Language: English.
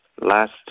last